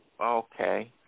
Okay